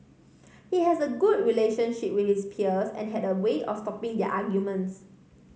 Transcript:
he has a good relationship with his peers and had a way of stopping their arguments